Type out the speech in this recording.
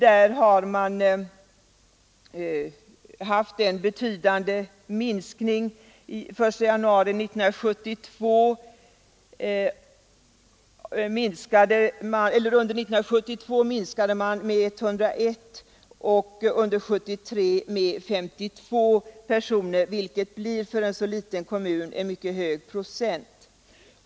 Där har man haft en betydande minskning. Under 1972 minskade befolkningen med 101 personer och under 1973 med 52 personer, vilket för en så liten kommun blir en mycket hög procentandel.